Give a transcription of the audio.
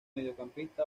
mediocampista